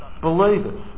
believers